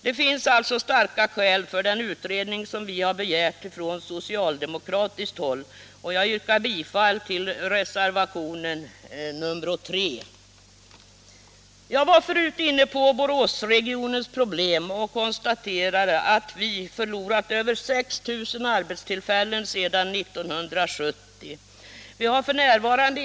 Det finns således starka skäl för den utredning som vi från socialdemokratiskt håll har begärt, och jag yrkar bifall till reservationen 3. Jag talade förut om Boråsregionens problem och konstaterade att vi där har förlorat över 6 000 arbetstillfällen sedan 1970. Vi har f. n.